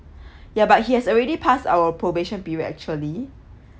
ya but he has already passed our probation period actually